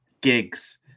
GIGS